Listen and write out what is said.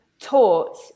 taught